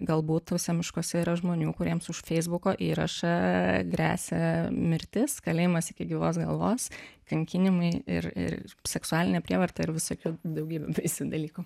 galbūt tuose miškuose yra žmonių kuriems už feisbuko įrašą gresia mirtis kalėjimas iki gyvos galvos kankinimai ir ir seksualinė prievarta ir visokių daugybė dalykų